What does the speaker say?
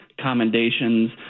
commendations